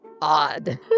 odd